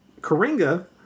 Koringa